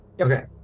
Okay